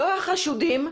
לא החשודים,